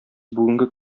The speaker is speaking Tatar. бүгенге